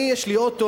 יש לי אוטו,